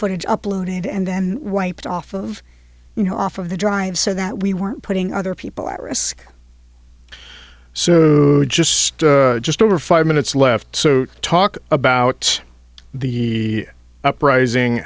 footage uploaded and then wiped off of you know off of the drive so that we weren't putting other people at risk so just just over five minutes left so talk about the uprising